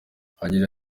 agira